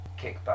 kickback